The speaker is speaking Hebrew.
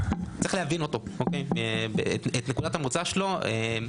שצריך להבין את נקודת המוצא של המודל הזה.